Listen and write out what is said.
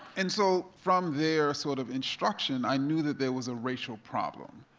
and so from their sort of instruction, i knew that there was a racial problem.